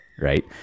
right